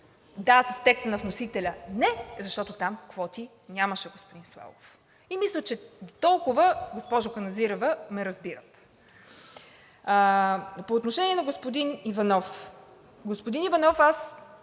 Да, с текста на вносителя не, защото там квоти нямаше, господин Славов. И мисля, че дотолкова, госпожо Каназирева, ме разбират. По отношение на господин Иванов. Господин Иванов, аз